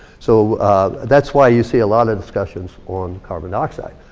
so that's why you see a lot of discussions on carbon dioxide.